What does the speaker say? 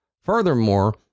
Furthermore